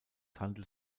handelt